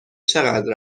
چقدر